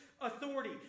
authority